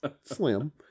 slim